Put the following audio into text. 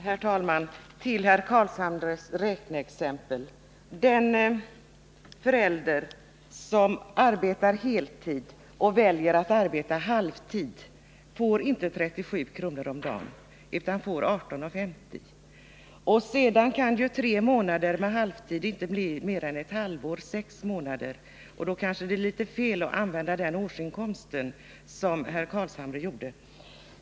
Herr talman! Med anledning av herr Carlshamres räkneexempel vill jag säga att den förälder som har arbetat heltid och väljer att arbeta halvtid får inte 37 kr. om dagen utan 18:50. Och sedan kan ju tre månader med halvtid inte bli mer än ett halvår — sex månader. Då är det kanske litet fel att använda den årsinkomst som herr Carlshamre nämnde.